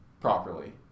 Properly